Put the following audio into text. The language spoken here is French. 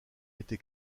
été